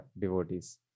devotees